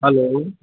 hello